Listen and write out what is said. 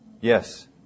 Yes